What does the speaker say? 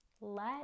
let